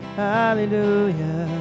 hallelujah